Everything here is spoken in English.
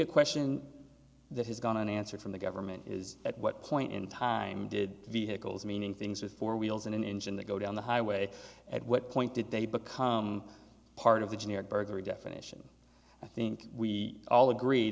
a question that has gone unanswered from the government is at what point in time did vehicles meaning things with four wheels and an engine that go down the highway at what point did they become part of the generic burglary definition i think we all agree